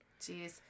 Jeez